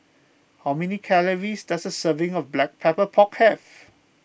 how many calories does a serving of Black Pepper Pork have